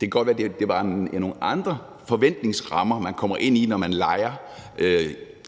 det godt kan være, det er nogle andre forventningsrammer, man kommer ind i, når man leger.